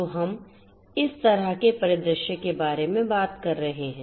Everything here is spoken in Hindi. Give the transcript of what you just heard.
तो हम इस तरह के परिदृश्य के बारे में बात कर रहे हैं